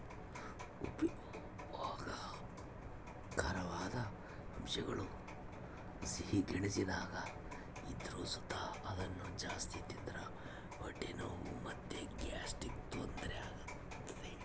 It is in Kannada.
ಉಪಯೋಗಕಾರವಾದ ಅಂಶಗುಳು ಸಿಹಿ ಗೆಣಸಿನಾಗ ಇದ್ರು ಸುತ ಅದುನ್ನ ಜಾಸ್ತಿ ತಿಂದ್ರ ಹೊಟ್ಟೆ ನೋವು ಮತ್ತೆ ಗ್ಯಾಸ್ಟ್ರಿಕ್ ತೊಂದರೆ ಆಗ್ತತೆ